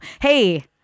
hey